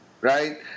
right